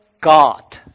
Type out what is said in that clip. God